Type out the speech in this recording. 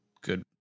good